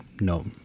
no